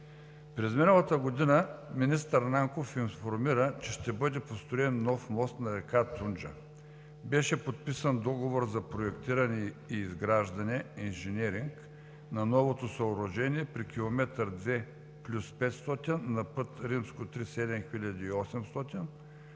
През миналата година министър Нанков информира, че ще бъде построен нов мост на река Тунджа. Беше подписан договор за проектиране и изграждане – инженеринг на новото съоръжение при км 2+500 на път III-7008, по